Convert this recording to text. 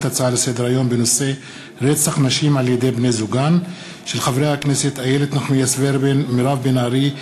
דיון בהצעתם של חברי הכנסת איילת נחמיאס ורבין ומירב בן ארי,